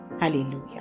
Hallelujah